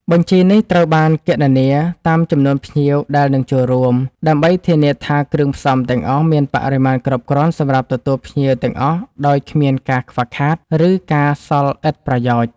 បញ្ជីនេះត្រូវបានគណនាតាមចំនួនភ្ញៀវដែលនឹងចូលរួម ដើម្បីធានាថាគ្រឿងផ្សំទាំងអស់មានបរិមាណគ្រប់គ្រាន់សម្រាប់ទទួលភ្ញៀវទាំងអស់ដោយគ្មានការខ្វះខាត ឬការសល់ឥតប្រយោជន៍